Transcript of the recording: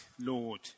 Lord